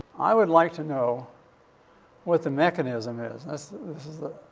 i would like to know what the mechanism is this this is the,